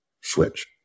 switch